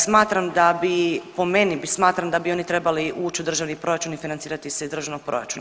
Smatram da bi po meni smatram da bi oni trebali ući u državni proračun i financirati se iz državnog proračuna.